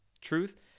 truth